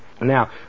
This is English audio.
Now